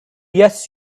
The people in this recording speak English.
yes